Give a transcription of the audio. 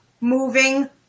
moving